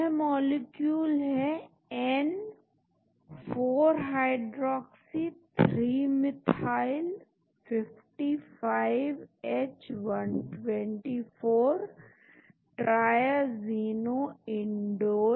यह मॉलिक्यूल है N 4 hydroxy 3 methyl 55 H124 triazino Indol